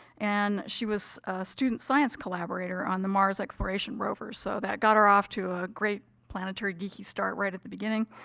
and she was a student science collaborator on the mars exploration rover, so that got her off to a great planetary, geeky start right at the beginning.